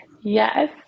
Yes